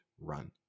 run